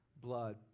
blood